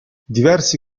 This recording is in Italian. diversi